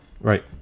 Right